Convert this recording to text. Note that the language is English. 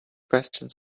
questions